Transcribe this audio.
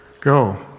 go